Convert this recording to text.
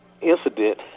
incident